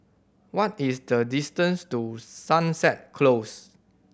what is the distance to Sunset Close